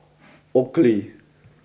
Oakley